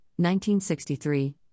1963